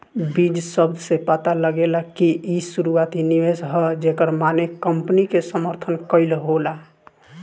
बीज शब्द से पता लागेला कि इ शुरुआती निवेश ह जेकर माने कंपनी के समर्थन कईल होला